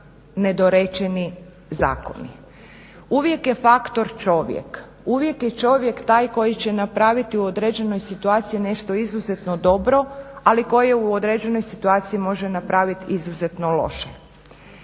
Uvijek je faktor čovjek, uvijek je čovjek taj koji će napraviti u određenoj situaciji nešto izuzetno dobro ali i koji u određenoj situaciji može napraviti izuzetno loše.